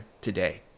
today